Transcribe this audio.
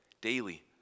Daily